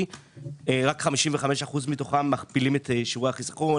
רק 55% מתוכם מכפילים את שיעורי החיסכון,